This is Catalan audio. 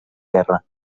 guerra